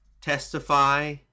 testify